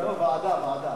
ועדה.